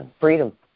freedom